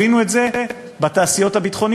הבינו את זה בתעשיות הביטחוניות,